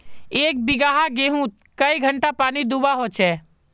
एक बिगहा गेँहूत कई घंटा पानी दुबा होचए?